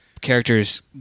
characters